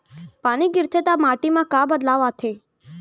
पानी गिरथे ता माटी मा का बदलाव आथे?